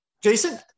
Jason